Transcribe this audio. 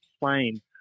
plane